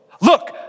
Look